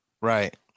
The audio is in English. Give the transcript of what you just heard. Right